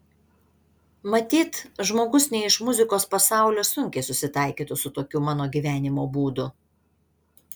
matyt žmogus ne iš muzikos pasaulio sunkiai susitaikytų su tokiu mano gyvenimo būdu